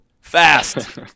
Fast